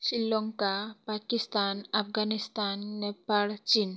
ଶ୍ରୀଲଙ୍କା ପାକିସ୍ତାନ ଆଫଗାନିସ୍ତାନ ନେପାଳ ଚୀନ୍